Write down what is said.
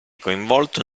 coinvolto